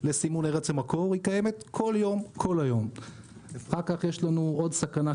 בוא נדבר על החקלאות